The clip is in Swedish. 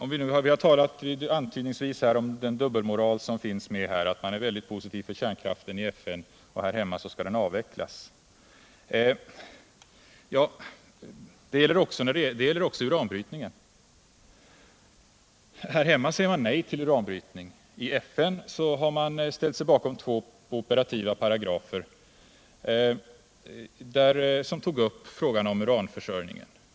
é Vi har antydningsvis talat om den dubbelmoral som finns med i bilden. Man är väldigt positiv till kärnkraften i FN, men här hemma skall den avvecklas. Det gäller också uranbrytningen. Här hemma säger man nej till uranbrytning. I FN har man ställt sig bakom två operativa paragrafer som tog upp frågan om uranförsörjningen.